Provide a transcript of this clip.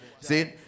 See